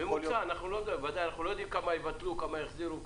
ממוצע, אנחנו לא יודעים כמה יבטלו ויחזירו.